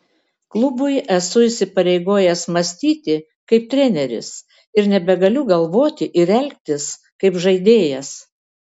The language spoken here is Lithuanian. klubui esu įsipareigojęs mąstyti kaip treneris ir nebegaliu galvoti ir elgtis kaip žaidėjas